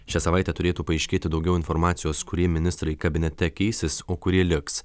šią savaitę turėtų paaiškėti daugiau informacijos kurie ministrai kabinete keisis o kurie liks